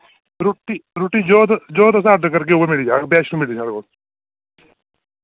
रुट्टी रुट्टी जो तुस जो तुस आर्डर करगे ओ मिली जाग बैशनो मिलदी साढ़े कोल